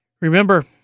Remember